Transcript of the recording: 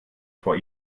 vor